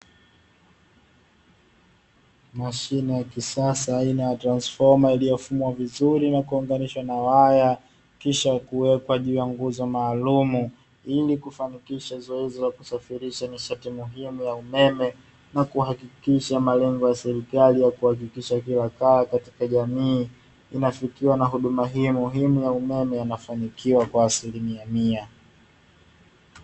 Mashine ya kisasa aina ya transifoma iliyofumwa vizuri na kuvingirishwa na waya, kisha kuwekwa juu ya nguzo maalumu ili kufanikisha zoezi la kusadieisha nishati muhimu ya umeme, na kuhakikisha malengo ya serikali ya kuhakikisha kila kaya katika jamii, inafikiwa na huduma hiyo ya umeme kwa asilimia mia moja.